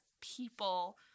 people